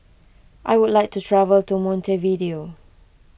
I would like to travel to Montevideo